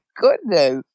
goodness